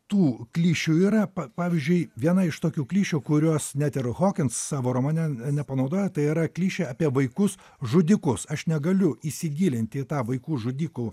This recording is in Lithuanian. tų klišių yra pa pavyzdžiui viena iš tokių klišių kurios net ir hokins savo romane nepanaudojo tai yra klišė apie vaikus žudikus aš negaliu įsigilint į tą vaikų žudikų